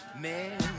Man